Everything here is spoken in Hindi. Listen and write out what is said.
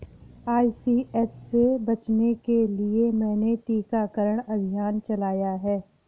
आई.सी.एच से बचने के लिए मैंने टीकाकरण अभियान चलाया है